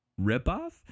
ripoff